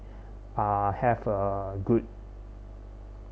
uh have a good